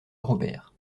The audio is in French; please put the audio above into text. robert